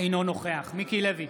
אינו נוכח מיקי לוי,